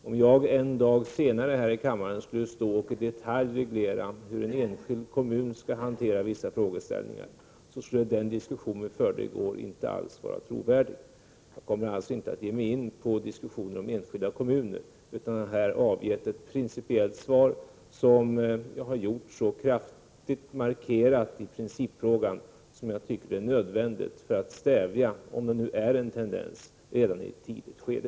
Om jag en dag senare skulle stå här i kammaren och i detalj reglera hur en enskild kommun skall hantera vissa frågeställningar, skulle den diskussionen vi hörde i går inte alls vara trovärdig. Jag kommer således inte att ge mig in på diskussioner om enskilda kommuner, utan jag har här avgett ett principiellt svar där jag markerat i principfrågan så kraftigt som jag tycker är nödvändigt för att stävja en tendens — om det nu är en sådan — redan i ett tidigt skede.